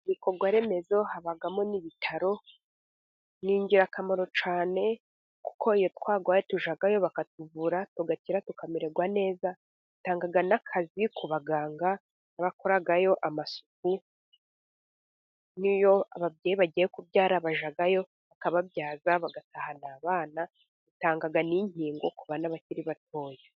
Ibikorwa remezo habamo n'ibitaro, ni ingirakamaro cyane, kuko iyo twarwaye tujyayo bakatuvura tugakira tukamererwa neza, bitanga n'akazi ku baganga, n'abakorayo amasuku, n'iyo ababyeyi bagiye kubyara bajyayo bakababyaza, bagatahana abana, batanga n'inkingo ku bana bakiri batoya.